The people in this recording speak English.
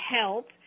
help